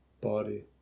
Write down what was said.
body